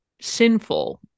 sinful